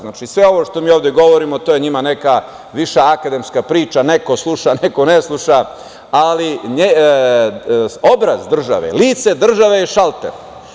Znači, sve ovo što mi ovde govorimo, to je njima neka više akademska priča, neko sluša, neko ne sluša, ali obraz države, lice države je šalter.